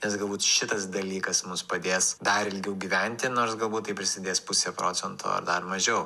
nes galbūt šitas dalykas mums padės dar ilgiau gyventi nors galbūt tai prisidės pusė procento ar dar mažiau